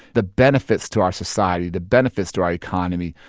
the benefits to our society, the benefits to our economy,